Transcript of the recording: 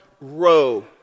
row